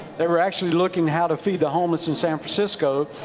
they were actually looking how to feed the homeless and san francisco.